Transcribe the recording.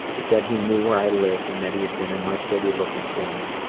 he said he knew where i lived and that he had been in my city looking for me.